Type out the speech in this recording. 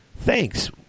thanks